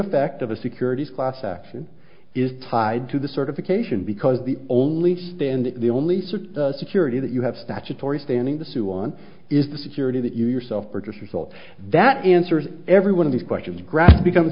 effect of a securities class action is tied to the certification because the only standard the only certain security that you have statutory standing to sue on is the security that you yourself purchased results that answers every one of these questions grab becomes